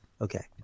Okay